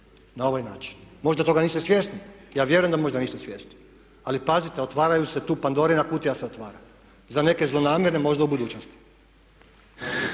na ovaj način. Možda toga niste svjesni, ja vjerujem da možda niste svjesni ali pazite otvara se tu Pandorina kutija. Za neke zlonamjerne možda u budućnosti.